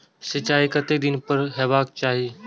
सिंचाई कतेक दिन पर हेबाक चाही?